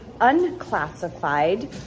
unclassified